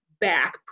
back